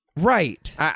Right